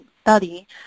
study